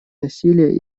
насилие